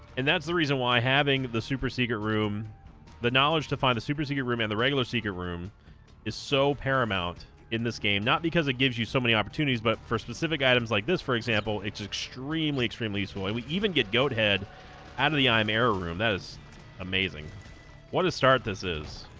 and that's the reason why i having the super secret room the knowledge to find the super secret room and the regular secret room is so paramount in this game not because it gives you so many opportunities but for specific items like this for example it's extremely extremely useful we even get goat head out of the eye marrow room that is amazing what a start this is